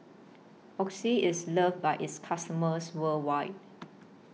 Oxy IS loved By its customers worldwide